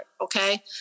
okay